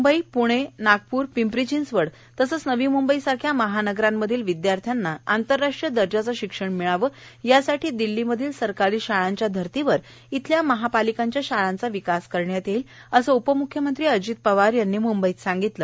मुंबई पूणे नागपूर पिंपरी चिंचवड तसेच नवी मुंबईसारख्या महानगरांतील विदयार्थ्यांना आंतरराष्ट्रीय दर्जाचे शिक्षण मिळावे यासाठी दिल्लीमधील सरकारी शाळांच्या धर्तीवर इथल्या महापालिकांच्या शाळांचा विकास करण्यात येईल असे उपमुख्यमंत्री अजित पवार यांनी मुंबई इथं सांगितले